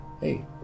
hey